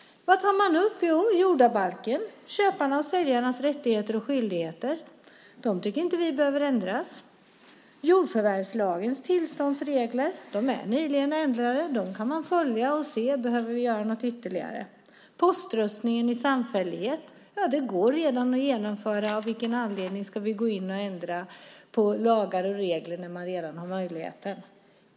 Vad tar man upp? Jo, jordabalken, köparnas och säljarnas rättigheter och skyldigheter. De tycker inte vi behöver ändras. Jordförvärvslagens tillståndsregler är nyligen ändrade. Dem kan man följa och se om vi behöver göra något ytterligare. Poströstning i samfällighet går redan att genomföra. Av vilken anledning ska vi gå in och ändra på lagar och regler när man redan har den möjligheten?